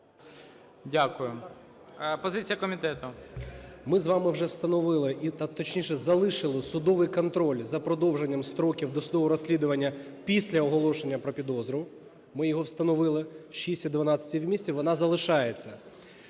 Д.А. Ми з вами вже встановили, точніше, залишили судовий контроль а продовженням строків досудового розслідування після оголошення про підозру. Ми його встановили, 6 і 12 місяців, вона залишається.